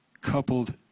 coupled